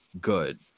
good